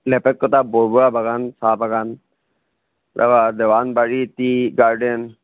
লেপেতকটা বৰবৰুৱা বাগান চাহ বাগান তাৰপা জালানবাৰী টী গাৰ্ডেন